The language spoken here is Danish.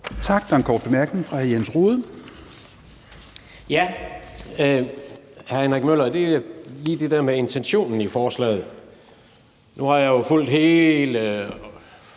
Tak. Der er en kort bemærkning fra hr. Jens Rohde. Kl. 11:43 Jens Rohde (KD): Hr. Henrik Møller, det er lige det der med intentionen i forslaget. Nu har jeg jo fulgt hele